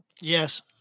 yes